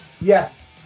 Yes